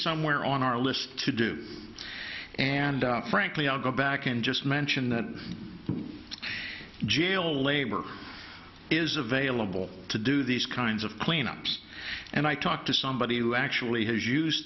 somewhere on our list to do and frankly i'll go back and just mention that jail labor is available to do these kinds of cleanups and i talked to somebody who actually has used